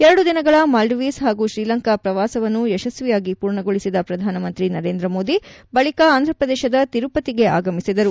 ಎರಡು ದಿನಗಳ ಮಾಲ್ವೀವ್ಸ್ ಹಾಗೂ ಶ್ರೀಲಂಕಾ ಪ್ರವಾಸವನ್ನು ಯಶಸ್ವಿಯಾಗಿ ಪೂರ್ಣಗೊಳಿಸಿದ ಪ್ರಧಾನಮಂತ್ರಿ ನರೇಂದ್ರ ಮೋದಿ ಬಳಿಕ ಆಂಧ್ರಪ್ರದೇಶದ ತಿರುಪತಿಗೆ ಆಗಮಿಸಿದರು